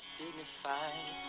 dignified